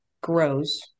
grows